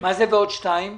מה זה ועוד 2?